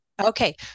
Okay